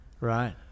right